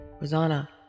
Rosanna